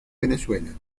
venezuela